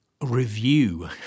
review